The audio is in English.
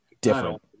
different